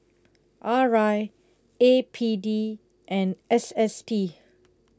R I A P D and S S T